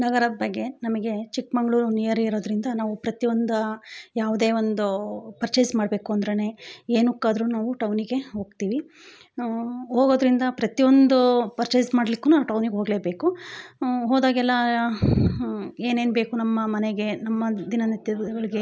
ನಗರದ ಬಗ್ಗೆ ನಮಗೆ ಚಿಕ್ಕ ಮಂಗ್ಳೂರು ನಿಯರ್ ಇರೋದ್ರಿಂದ ನಾವು ಪ್ರತಿಯೊಂದು ಯಾವುದೇ ಒಂದು ಪರ್ಚೇಸು ಮಾಡಬೇಕು ಅಂದ್ರು ಏನಕ್ಕಾದ್ರೂ ನಾವು ಟೌನಿಗೆ ಹೋಗ್ತಿವಿ ನಾವೂ ಹೋಗೋದ್ರಿಂದ ಪ್ರತಿಯೊಂದು ಪರ್ಚೇಸು ಮಾಡ್ಲಿಕ್ಕು ನಾವು ಟೌನಿಗೆ ಹೋಗಲೇಬೇಕು ಹೋದಾಗೆಲ್ಲ ಏನೇನು ಬೇಕು ನಮ್ಮ ಮನೆಗೆ ನಮ್ಮ ದಿನನಿತ್ಯಗಳಿಗೆ